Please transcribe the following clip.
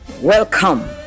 welcome